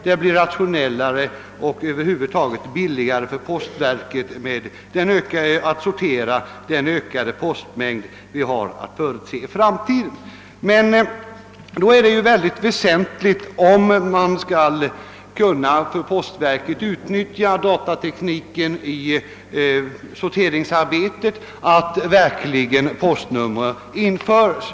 Det blir rationellare och över huvud taget billigare för postverket att sortera den ökade postmängd vi har att förutse i framtiden. Om postverket skall kunna utnyttja datatekniken i sorteringsarbetet är det emellertid mycket väsentligt att postnumren verkligen används.